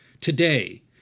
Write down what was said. Today